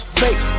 fake